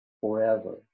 forever